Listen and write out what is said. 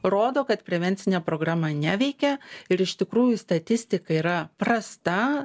rodo kad prevencinė programa neveikia ir iš tikrųjų statistika yra prasta